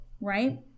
right